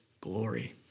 glory